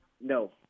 No